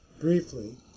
briefly